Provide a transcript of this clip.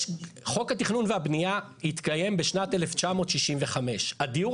חוק התכנון והבנייה התקיים בשנת 1965. הדיור